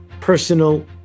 personal